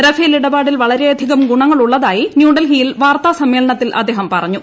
Rafale ഇടപാടിൽ വളരെയധികം ഗുണങ്ങൾ ഉള്ളതായി ന്യൂഡൽഹിയിൽ വാർത്താസമ്മേളനത്തിൽ അദ്ദേഹം പറഞ്ഞു